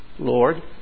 Lord